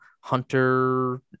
hunter